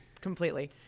Completely